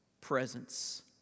presence